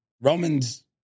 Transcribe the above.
Roman's